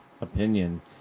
opinion